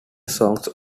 songs